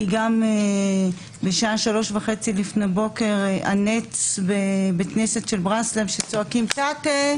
גם בשעה שלוש וחצי לפנות בוקר בבית כנסת של ברסלב צועקים "טאטע".